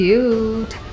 Cute